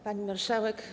Pani Marszałek!